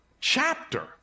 chapter